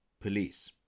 police